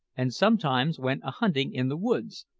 and sometimes went a-hunting in the woods,